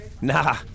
Nah